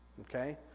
Okay